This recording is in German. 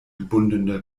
gebundene